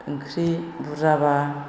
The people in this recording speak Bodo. ओंख्रि बुरजाब्ला